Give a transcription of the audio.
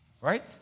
Right